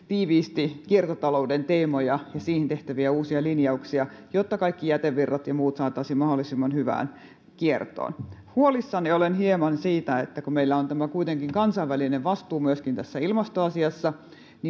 tiiviisti esillä kiertotalouden teemoja ja siihen tehtäviä uusia linjauksia jotta kaikki jätevirrat ja muut saataisiin mahdollisimman hyvään kiertoon huolissani olen hieman siitä kun meillä on kuitenkin kansainvälinen vastuu myöskin tässä ilmastoasiassa